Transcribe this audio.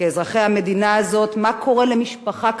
כאזרחי המדינה הזאת, מה קורה למשפחה כזו,